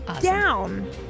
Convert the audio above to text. down